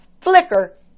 flicker